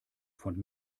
von